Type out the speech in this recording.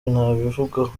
nabivugaho